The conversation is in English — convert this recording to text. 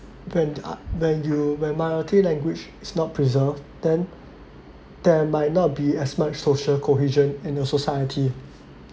when uh when you where minority language is not preserve then there might not be as much social cohesion in your society